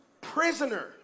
prisoner